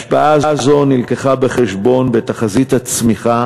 השפעה זו נלקחה בחשבון בתחזית הצמיחה